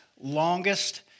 longest